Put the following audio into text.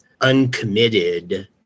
uncommitted